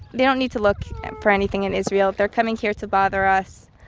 they don't need to look for anything in israel. they're coming here to bother us.